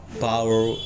power